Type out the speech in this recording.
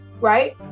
Right